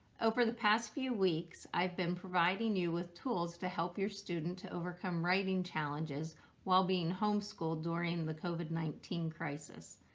over the past few weeks, i've been providing you with tools to help your student to overcome writing challenges while being homeschooled during the covid nineteen crisis.